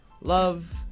Love